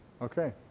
Okay